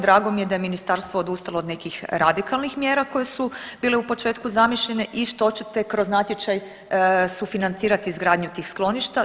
Drago mi je da je ministarstvo odustalo od nekih radikalnih mjera koje su bile u početku zamišljene i što ćete kroz natječaj sufinancirat izgradnju tih skloništa.